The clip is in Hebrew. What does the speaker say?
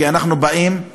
כי אנחנו באים,